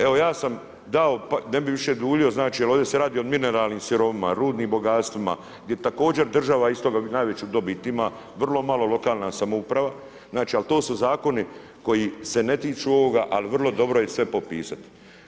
Evo ja sam dao, ne bi više duljio jel ovdje se radi o mineralnim sirovinama, rudnim bogatstvima gdje također država iz toga ima najveću dobit ima, vrlo malo lokalna samouprava, ali to su zakoni koji se ne tiču ovoga, ali vrlo dobro je sve popisati.